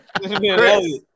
Chris